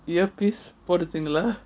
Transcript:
earpiece போட்டுருக்கீங்களா:potrukeengala